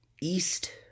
east